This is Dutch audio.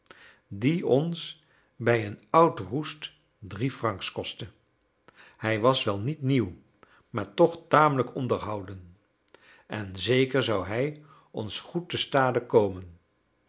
die ons bij een oudroest drie francs kostte hij was wel niet nieuw maar toch tamelijk onderhouden en zeker zou hij ons goed te stade komen